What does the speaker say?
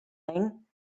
thing